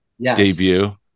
debut